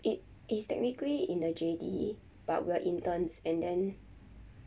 it is technically in the J_D but we're interns and then